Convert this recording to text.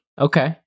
Okay